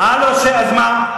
אז מה?